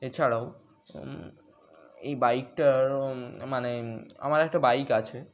এছাড়াও এই বাইকটার মানে আমার একটা বাইক আছে